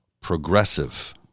progressive